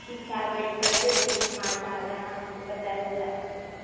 ठीक है आप वेट करते रहिए हम आज आ रहे हैं आपके बताए हुए रास्ते से